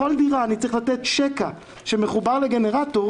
ואם בכל דירה אני צריך לתת שקע שמחובר לגנרטור,